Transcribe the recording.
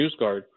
NewsGuard